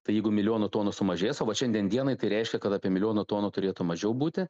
tai jeigu milijonu tonų sumažės o vat šiandien dienai tai reiškia kad apie milijono tonų turėtų mažiau būti